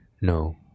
No